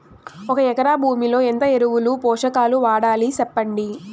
ఒక ఎకరా భూమిలో ఎంత ఎరువులు, పోషకాలు వాడాలి సెప్పండి?